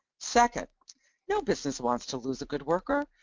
second no business wants to lose a good worker.